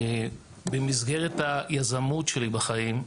במסגרת היזמות שלי בחיים,